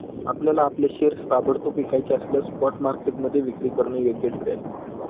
आपल्याला आपले शेअर्स ताबडतोब विकायचे असल्यास स्पॉट मार्केटमध्ये विक्री करणं योग्य ठरेल